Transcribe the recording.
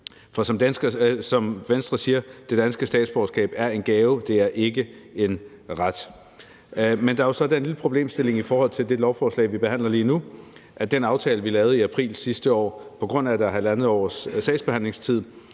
For som Venstre siger: Det danske statsborgerskab er en gave. Det er ikke en ret. Men der er jo så den lille problemstilling i forhold til det lovforslag, vi behandler lige nu, og den aftale, vi lavede i april sidste år, at på grund af at der er halvandet års sagsbehandlingstid,